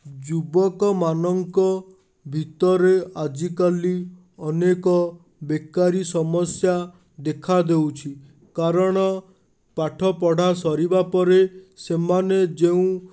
ଯୁବକମାନଙ୍କ ଭିତରେ ଆଜିକାଲି ଅନେକ ବେକାରୀ ସମସ୍ୟା ଦେଖା ଦେଉଛି କାରଣ ପାଠପଢ଼ା ସରିବା ପରେ ସେମାନେ ଯେଉଁ